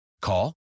Call